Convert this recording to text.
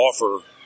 offer